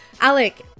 Alec